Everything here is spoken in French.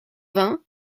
vingt